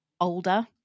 older